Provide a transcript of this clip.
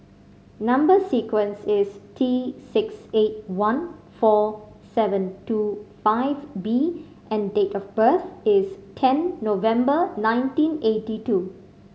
number sequence is T six eight one four seven two five B and date of birth is ten November nineteen eighty two